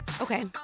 Okay